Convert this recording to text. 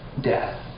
death